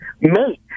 mate